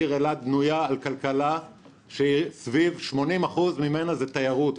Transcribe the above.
העיר אילת בנויה על כלכלה שכ-80% ממנה הם תיירות,